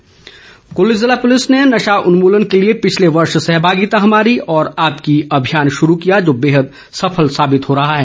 नशा उन्मूलन कुल्लू जिला पुलिस ने नशा उन्मूलन के लिए पिछले वर्ष सहभागिता हमारी और आपकी अभियान शुरू किया जो बेहद सफल साबित हो रहा है